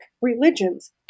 religions